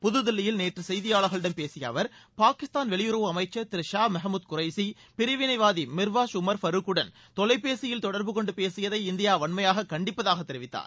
புதுதில்லியில் நேற்று செய்தியாளர்களிடம் பேசிய அவர் பாகிஸ்தான் வெளியுறவு அமைச்சர் திரு ஷா மெகமுத் குரேசி பிரிவினைவாதி மிர்வாஷ் உமர் ஃபருக்குடன் தொலைபேசியில் தொடர்பு கொண்டு பேசியதை இந்தியா வன்மையாக கண்டிப்பதாக தெரிவித்தார்